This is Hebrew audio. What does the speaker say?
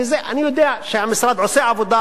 אני יודע שהמשרד עושה עבודה,